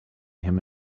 him